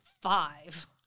five